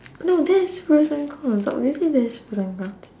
no there is pros and cons obviously there is pros and cons